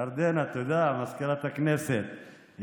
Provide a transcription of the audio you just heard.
ירדנה, תודה, מזכירת הכנסת.